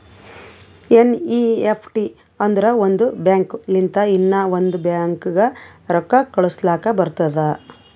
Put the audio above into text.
NEFT ಅಂದುರ್ ಒಂದ್ bank ಲಿಂತ ಇನ್ನಾ ಒಂದ್ ಬ್ಯಾಂಕ್ಗ ರೊಕ್ಕಾ ಕಳುಸ್ಲಾಕ್ ಬರ್ತುದ್